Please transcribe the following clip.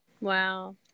wow